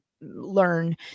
learn